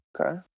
Okay